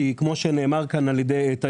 כי כמו שאמרה פה תאיר,